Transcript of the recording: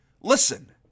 listen